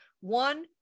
One